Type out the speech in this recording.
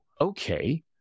okay